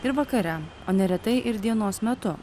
ir vakare o neretai ir dienos metu